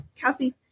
Kelsey